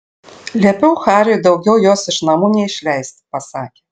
liepiau hariui daugiau jos iš namų neišleisti pasakė